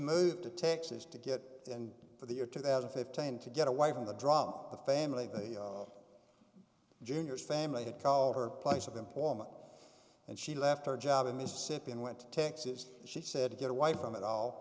moved to texas to get in for the year two thousand fifteen to get away from the drama the family the junior's family had called her place of employment and she left her job in mississippi and went to texas she said to get away from it all